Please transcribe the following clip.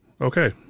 okay